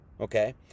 okay